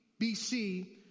BC